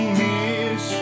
miss